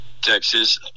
Texas